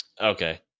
Okay